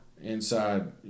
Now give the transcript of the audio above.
inside